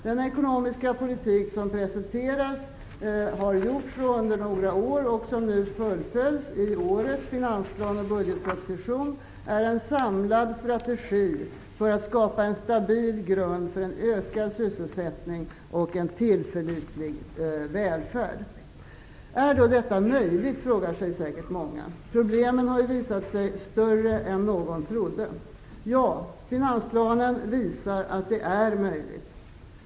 Den ekonomiska politik som under några år har presenterats och som fullföljs i årets finansplan och budgetproposition är en samlad strategi för att skapa en stabil grund för en ökad sysselsättning och en tillförlitlig välfärd. Är då detta möjligt? frågar sig säkert många. Problemen har ju visat sig större än någon trodde. Ja, finansplanen visar att det är möjligt.